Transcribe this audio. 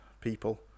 people